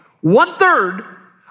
One-third